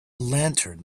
lantern